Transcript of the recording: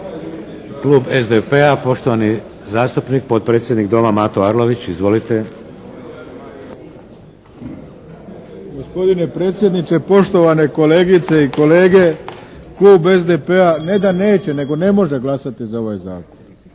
Klub SDP-a, poštovani zastupnik, potpredsjednik Doma Mato Arlović. Izvolite. **Arlović, Mato (SDP)** Gospodine predsjedniče, poštovane kolegice i kolege. Klub SDP-a ne da neće, nego ne može glasati za ovaj Zakon.